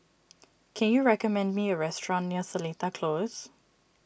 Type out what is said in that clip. can you recommend me a restaurant near Seletar Close